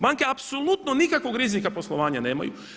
Banke apsolutno nikakvog rizika poslovanja nemaju.